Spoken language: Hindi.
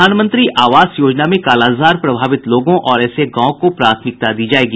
प्रधानमंत्री आवास योजना में कालाजार प्रभावित लोगों और ऐसे गांव को प्राथमिकता दी जायेगी